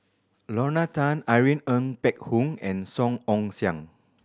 Lorna Tan Irene Ng Phek Hoong and Song Ong Siang